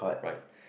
right